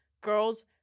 Girls